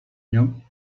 nią